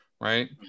Right